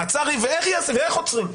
מעצר ייעשה, ואיך עוצרים.